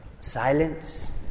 silence